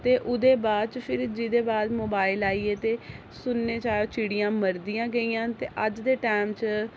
आकृतियां ते उ'दे बा'द फिर जि'दे बा'द मोबाइल आइये ते सुनने च आया चिड़ियां मरदियां गेइयां ते अज्ज दे टैम च